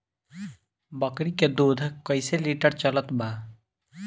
बकरी के दूध कइसे लिटर चलत बा?